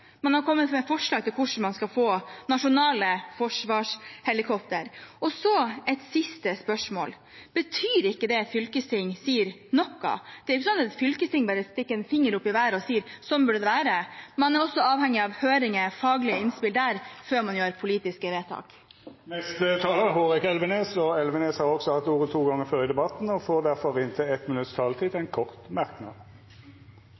Man har kommet med forslag til hvordan man skal få nasjonale forsvarshelikopter. Så et siste spørsmål: Betyr ikke det et fylkesting sier, noe? Det er jo ikke sånn at fylkesting bare stikker en finger opp i været og sier at sånn burde det være. Man er også der avhengig av høringer og faglige innspill før man gjør politiske vedtak. Representanten Hårek Elvenes har hatt ordet to gonger tidlegare og får ordet til